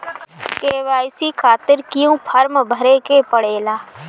KYC खातिर क्यूं form भरे के पड़ेला?